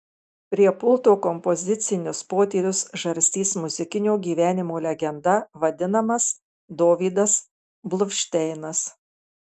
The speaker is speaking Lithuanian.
prie pulto kompozicinius potyrius žarstys muzikinio gyvenimo legenda vadinamas dovydas bluvšteinas